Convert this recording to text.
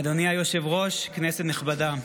אדוני היושב-ראש, כנסת נכבדה,